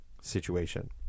situation